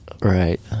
Right